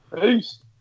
Peace